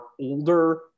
older